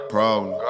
Problem